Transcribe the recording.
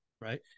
right